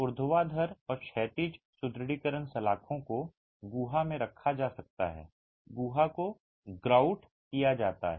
ऊर्ध्वाधर और क्षैतिज सुदृढीकरण सलाखों को गुहा में रखा जा सकता है और गुहा को ग्रूट किया जाता है